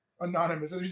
anonymous